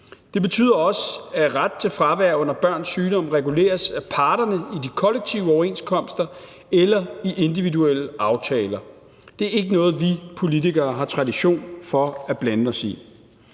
Det betyder også, at ret til fravær under børns sygdom reguleres af parterne i de kollektive overenskomster eller i individuelle aftaler. Det er ikke noget, vi politikere har tradition for at blande os i.